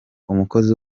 umukozi